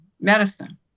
medicine